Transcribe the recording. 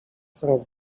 coraz